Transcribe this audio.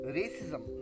racism